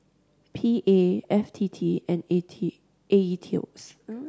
P A F T T and A T A E T O S